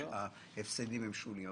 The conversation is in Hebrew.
שההפסדים הם שוליים.